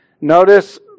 Notice